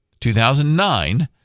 2009